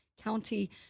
County